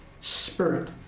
spirit